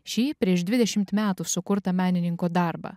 šį prieš dvidešimt metų sukurtą menininko darbą